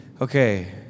Okay